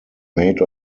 made